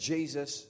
Jesus